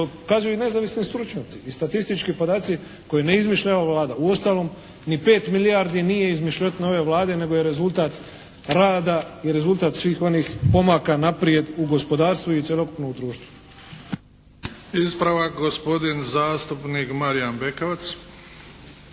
kazuju i nezavisni stručnjaci i statistički podaci koje ne izmišlja ova Vlada. Uostalom ni 5 milijardi nije izmišljotina ove Vlade nego je rezultat rada i rezultat svih onih pomaka naprijed u gospodarstvu i u cjelokupnom društvu. **Bebić, Luka (HDZ)** Ispravak gospodin zastupnik Marijan Bekavac.